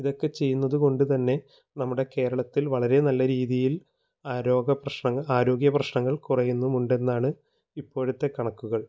ഇതൊക്കെ ചെയ്യുന്നതു കൊണ്ടു തന്നെ നമ്മുടെ കേരളത്തിൽ വളരെ നല്ല രീതിയിൽ ആ രോഗപ്രശ്നങ്ങൾ ആരോഗ്യപ്രശ്നങ്ങൾ കുറയുന്നുമുണ്ടെന്നാണ് ഇപ്പോഴത്തെ കണക്കുകൾ